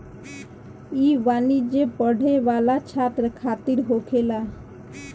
ई वाणिज्य पढ़े वाला छात्र खातिर होखेला